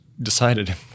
decided